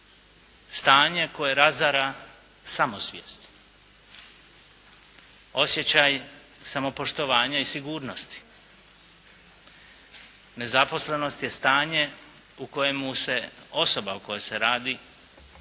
stanje koje razara samosvijest, osjećaj samopoštovanja i sigurnost. Nezaposlenost je stanje u kojemu se osoba o kojoj se radi smatra